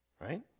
Right